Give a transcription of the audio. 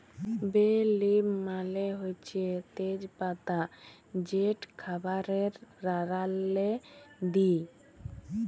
বে লিফ মালে হছে তেজ পাতা যেট খাবারে রাল্লাল্লে দিই